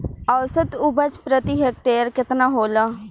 औसत उपज प्रति हेक्टेयर केतना होला?